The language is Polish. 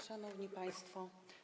Szanowni Państwo!